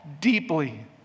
deeply